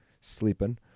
sleeping